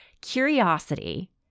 Curiosity